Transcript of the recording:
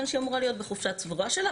שהיא אמורה להיות בחופשה צבורה שלה,